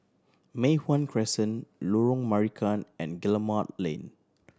Mei Hwan Crescent Lorong Marican and Guillemard Lane